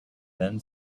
then